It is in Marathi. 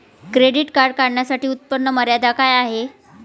क्रेडिट कार्ड काढण्यासाठी उत्पन्न मर्यादा काय आहे?